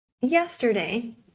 Yesterday